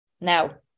Now